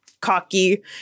cocky